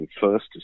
first